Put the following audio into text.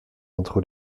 entre